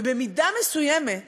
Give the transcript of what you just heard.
ובמידה מסוימת